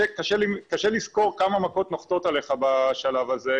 קשה לזכור כמה מכות נוחתות עליך בשלב הזה,